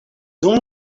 dum